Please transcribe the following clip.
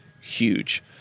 huge